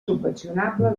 subvencionable